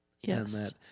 Yes